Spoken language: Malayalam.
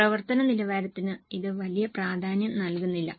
പ്രവർത്തന നിലവാരത്തിന് ഇത് വലിയ പ്രാധാന്യം നൽകുന്നില്ല